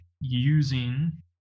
using